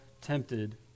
tempted